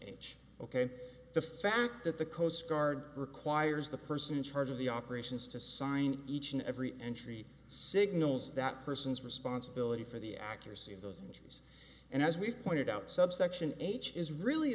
h ok the fact that the coast guard requires the person in charge of the operations to sign each and every entry signals that person's responsibility for the accuracy of those injuries and as we've pointed out subsection h is really